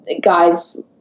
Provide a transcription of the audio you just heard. guys